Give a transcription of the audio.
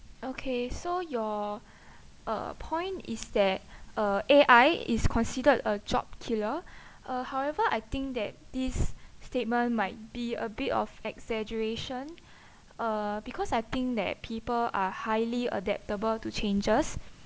okay so your uh point is that uh A_I is considered a job killer uh however I think that this statement might be a bit of exaggeration uh because I think that people are highly adaptable to changes